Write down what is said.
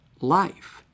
life